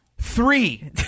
Three